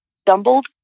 stumbled